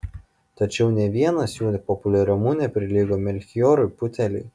tačiau nė vienas jų populiarumu neprilygo melchijorui putelei